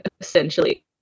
essentially